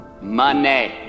Money